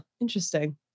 interesting